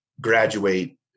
graduate